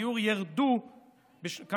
שהבטיח שמחירי הדיור ירדו בשנת 2022,